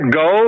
go